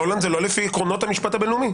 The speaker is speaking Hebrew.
בעולם זה לא לפי עקרונות המשפט הבין-לאומי.